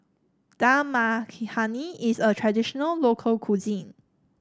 Dal Makhani is a traditional local cuisine